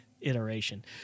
iteration